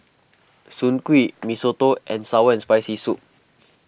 Soon Kuih Mee Soto and Sour and Spicy Soup